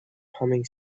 humming